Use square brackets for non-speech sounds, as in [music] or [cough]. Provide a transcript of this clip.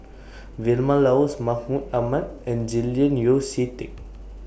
[noise] Vilma Laus Mahmud Ahmad and Julian Yeo See Teck